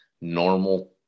normal